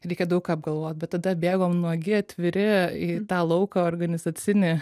reikia daug ką apgalvot bet tada bėgom nuogi atviri į tą lauką organizacinį